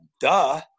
duh